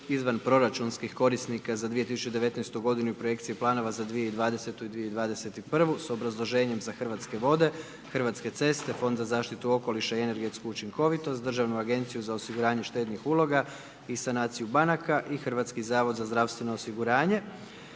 izvan proračunskih korisnika za 2019. godinu i projekcije planova za 2020. i 2021., s obrazloženjem za Hrvatske vode, Hrvatske ceste, Fond za zaštitu okoliša i energetsku učinkovitost, državnu Agenciju za osiguranje štednih uloga i sanaciju banaka i Hrvatski zavod za zdravstveno osiguranje,